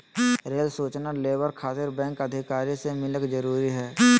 Rail सूचना labour खातिर bank अधिकारी से मिलक जरूरी है?